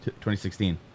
2016